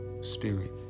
spirit